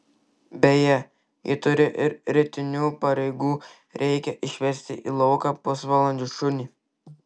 beje ji turi ir rytinių pareigų reikia išvesti į lauką pusvalandžiui šunį